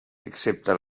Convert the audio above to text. excepte